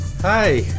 Hi